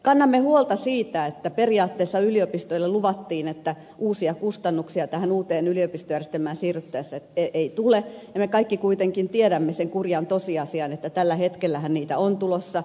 kannamme huolta siitä että periaatteessa yliopistoille luvattiin että uusia kustannuksia tähän uuteen yliopistojärjestelmään siirryttäessä ei tule ja me kaikki kuitenkin tiedämme sen kurjan tosiasian että tällä hetkellähän niitä on tulossa